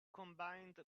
combined